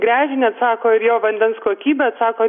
grežinį atsako ir jo vandens kokybę atsako